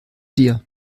dir